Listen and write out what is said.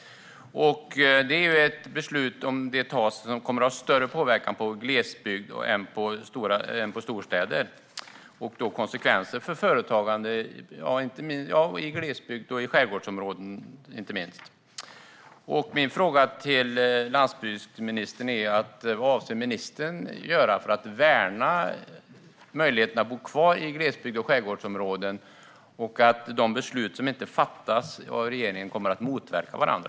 Om detta beslut tas kommer det att ha större påverkan på glesbygden än på storstäderna. Det får konsekvenser för företagande i glesbygd och i inte minst skärgårdsområden. Min fråga till landsbygdsministern är: Vad avser ministern att göra för att värna möjligheterna att bo kvar i glesbygd och skärgårdsområden och för att se till att de beslut som fattas av regeringen inte motverkar varandra?